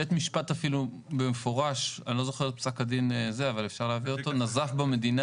בית משפט במפורש - אני לא זוכר את פסק הדין נזף במדינה.